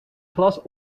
glas